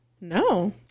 No